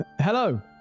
hello